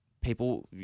people